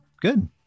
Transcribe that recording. good